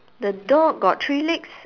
the dog got three legs